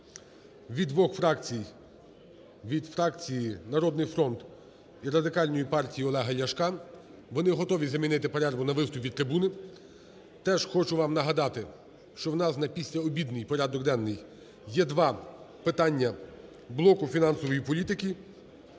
від двох фракцій – від фракції "Народний фронт" і Радикальної партії Олега Ляшка – вони готові замінити перерву на виступ від трибуни. Теж хочу вам нагадати, що в нас на післяобідній порядок денний є два питання блоку фінансової політики,